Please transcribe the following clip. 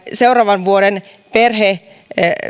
seuraavan vuoden perhe